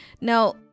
Now